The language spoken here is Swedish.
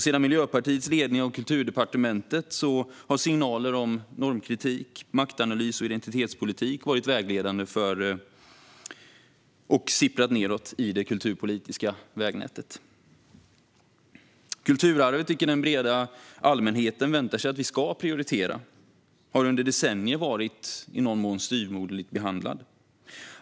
Sedan Miljöpartiet tog över ledningen på Kulturdepartementet har signaler om normkritik, maktanalys och identitetspolitik varit vägledande och sipprat nedåt i det kulturpolitiska vägnätet. Kulturarvet, vilket den breda allmänheten väntar sig att vi ska prioritera, har under decennier varit i någon mån styvmoderligt behandlat.